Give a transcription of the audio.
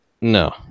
No